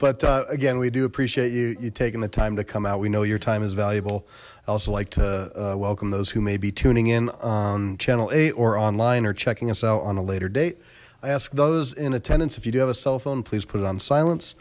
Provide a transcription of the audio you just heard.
out but again we do appreciate you taking the time to come out we know your time is valuable i also like to welcome those who may be tuning in channel eight or online or checking us out on a later date i ask those in attendance if you do have a cell phone please put it on silence